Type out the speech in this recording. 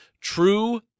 True